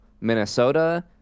Minnesota